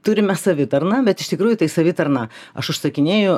turime savitarną bet iš tikrųjų tai savitarna aš užsakinėju